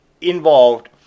involved